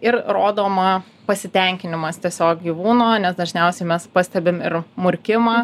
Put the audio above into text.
ir rodoma pasitenkinimas tiesiog gyvūno nes dažniausiai mes pastebim ir murkimą